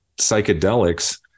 psychedelics